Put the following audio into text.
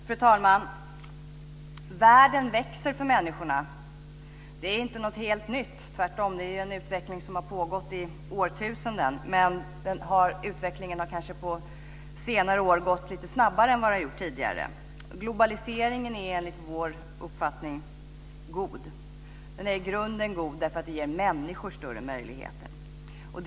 Fru talman! Världen växer för människorna. Det är inte något helt nytt - det är tvärtom en utveckling som har pågått i årtusenden. Men utvecklingen har kanske gått lite snabbare under senare år än vad den har gjort tidigare. Globaliseringen är enligt vår uppfattning god. Den är i grunden god, därför att den ger människor större möjligheter.